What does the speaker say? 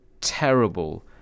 terrible